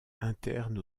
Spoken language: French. internes